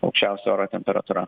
aukščiausia oro temperatūra